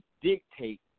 dictate